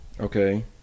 Okay